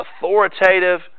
authoritative